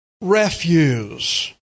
Refuse